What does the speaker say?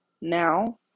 now